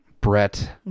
Brett